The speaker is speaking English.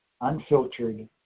unfiltered